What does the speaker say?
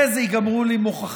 שלא ייגמרו לך מהר מדי.